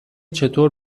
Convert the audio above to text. چطور